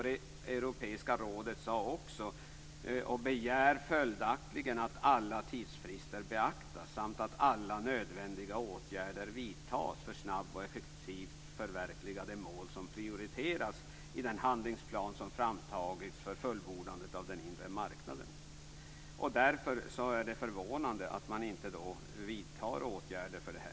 Det europeiska rådet sade också och begär följaktligen att alla tidsfrister beaktas samt att alla nödvändiga åtgärder vidtas för att snabbt och effektivt förverkliga de mål som prioriteras i den handlingsplan som framtagits för fullbordandet av den inre marknaden. Därför är det förvånande att man inte vidtar åtgärder för det här.